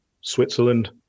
Switzerland